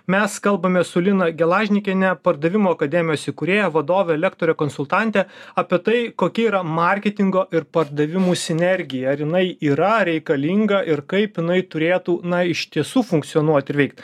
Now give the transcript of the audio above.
mes kalbamės su lina gelažnikiene pardavimo akademijos įkūrėja vadove lektore konsultante apie tai kokia yra marketingo ir pardavimų sinergija ar jinai ar reikalinga ir kaip jinai turėtų na iš tiesų funkcionuot ir veikt